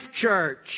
church